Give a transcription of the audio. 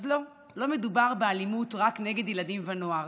אז לא, לא מדובר באלימות רק נגד ילדים ונוער,